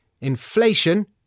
inflation